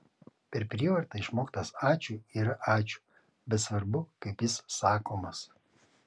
per prievartą išmoktas ačiū yra ačiū bet svarbu kaip jis sakomas